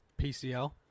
pcl